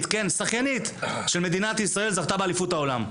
של מדינת ישראל זכתה באליפות העולם.